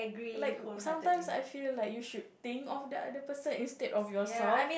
like sometimes I feel like you should think of the other person instead of yourself